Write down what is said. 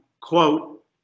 quote